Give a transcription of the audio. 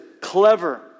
clever